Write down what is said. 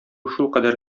шулкадәр